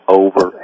over